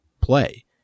play